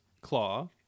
Claw